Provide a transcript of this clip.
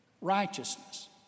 righteousness